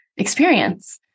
Experience